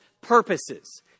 purposes